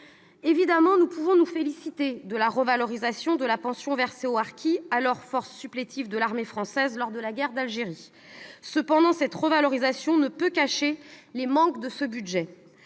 Évidemment, nous pouvons nous féliciter de la revalorisation de la pension versée aux harkis, forces supplétives de l'armée française lors de la guerre d'Algérie. Cette revalorisation ne peut toutefois cacher les manques de ce budget.